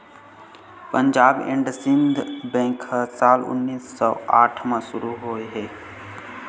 Punjab and Sind bank ह साल उन्नीस सौ आठ म शुरू होए हे